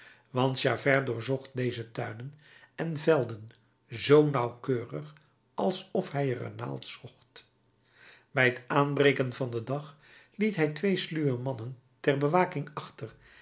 want javert doorzocht deze tuinen en velden zoo nauwkeurig alsof hij er een naald zocht bij t aanbreken van den dag liet hij twee sluwe mannen ter bewaking achter